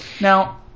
now